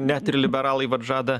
net ir liberalai vat žada